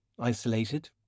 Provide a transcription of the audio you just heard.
isolated